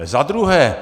Zadruhé.